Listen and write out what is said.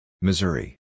Missouri